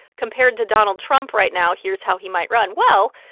compared to donald trump right now, here's how he might run. well,